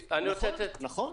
נכון.